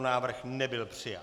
Návrh nebyl přijat.